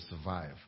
survive